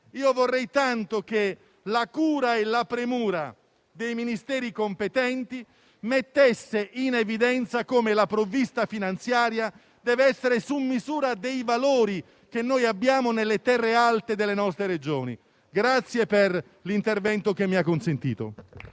vorrei tanto che la cura e la premura dei Ministeri competenti mettessero in evidenza come la provvista finanziaria deve essere su misura dei valori che abbiamo nelle terre alte delle nostre Regioni. La ringrazio per avermi consentito